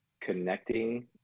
connecting